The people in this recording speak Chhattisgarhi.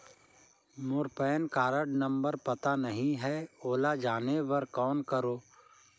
मोर पैन कारड नंबर पता नहीं है, ओला जाने बर कौन करो?